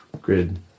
grid